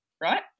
Right